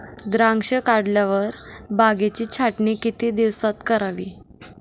द्राक्षे काढल्यावर बागेची छाटणी किती दिवसात करावी?